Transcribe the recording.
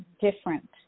different